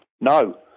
No